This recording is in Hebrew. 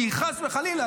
כי חס וחלילה,